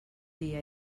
dia